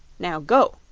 now, go!